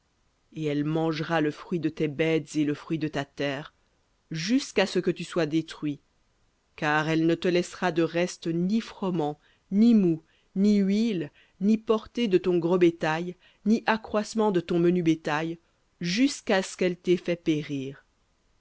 et elle mangera le fruit de tes bêtes et le fruit de ta terre jusqu'à ce que tu sois détruit car elle ne te laissera de reste ni froment ni moût ni huile ni portée de ton gros bétail ni accroissement de ton menu bétail jusqu'à ce qu'elle t'ait fait périr